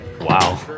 Wow